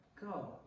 go